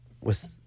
with-